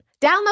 download